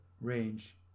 range